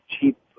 cheap